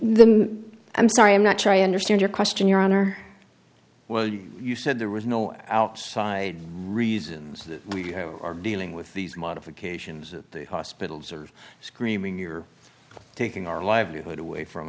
the i'm sorry i'm not sure i understand your question your honor well you you said there was no outside reasons that we are dealing with these modifications of the hospitals are screaming you're taking our livelihood away from